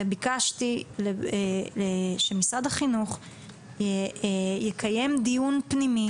וביקשתי שמשרד החינוך יקיים דיון פנימי